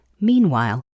Meanwhile